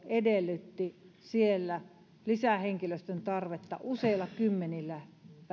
edellytti lisähenkilöstön tarvetta useilla kymmenillä